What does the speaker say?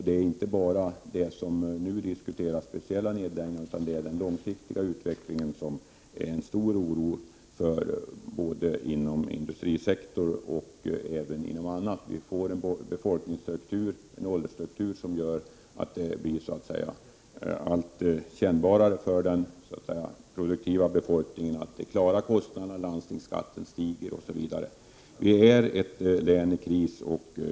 Det gäller inte bara de speciella nedläggningar som nu diskuteras utan även den långsiktiga utvecklingen, som inger stor oro inom både industrisektorn och andra sektorer. Vi får en åldersstruktur som gör att det blir kännbarare för den produktiva befolkningen att klara kostnaderna, landstingsskatten stiger, osv. Västernorrlands län är ett län i kris.